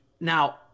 now